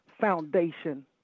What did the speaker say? foundation